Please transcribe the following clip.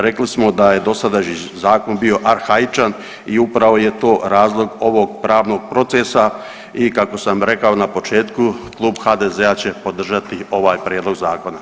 Rekli smo da je dosadašnji zakon bio arhaičan i upravo je to razlog ovog pravnog procesa i kako sam rekao na početku Klub HDZ-a će podržati ovaj prijedlog zakona.